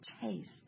taste